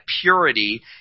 purity